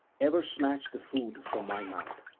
ever snatch the food from my mouth.